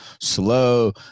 slow